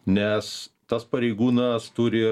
nes tas pareigūnas turi